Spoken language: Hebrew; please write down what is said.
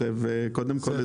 קודם כול,